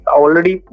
already